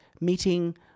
meeting